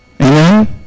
Amen